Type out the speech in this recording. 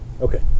Okay